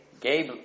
Gabe